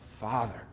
Father